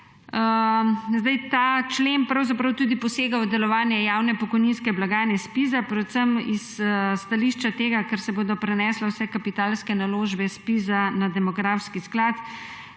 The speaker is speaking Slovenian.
člena. Ta člen pravzaprav tudi posega v delovanje javne pokojninske blagajne ZPIZ, predvsem iz stališča tega, ker se bodo prenesle vse kapitalske naložbe ZPIZ na demografski sklad,